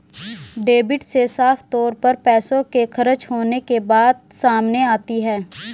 debit से साफ तौर पर पैसों के खर्च होने के बात सामने आती है